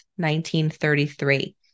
1933